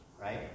right